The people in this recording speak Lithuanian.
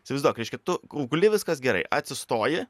įsivaizduok reiškia tu kol guli viskas gerai atsistoji